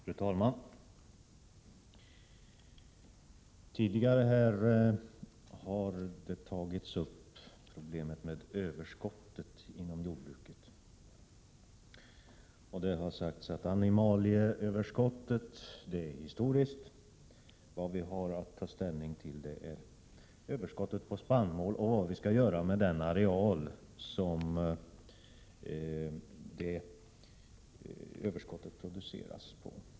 Fru talman! Det har här tidigare tagits upp problemet med överskottet inom jordbruket. Det har sagts att animalieöverskottet är historiskt och att 1 vad vi nu har att ta ställning till skulle vara överskottet på spannmål och vad vi skall göra med den areal på vilken detta överskott produceras.